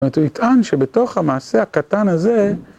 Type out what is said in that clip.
זאת אומרת, הוא יטען שבתוך המעשה הקטן הזה,